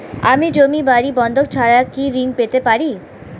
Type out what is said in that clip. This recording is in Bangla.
আমি জমি বাড়ি বন্ধক ছাড়া কি ঋণ পেতে পারি?